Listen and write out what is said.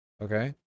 Okay